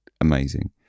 amazing